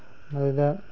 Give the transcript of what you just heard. ꯃꯗꯨꯗ